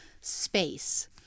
space